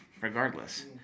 regardless